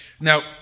Now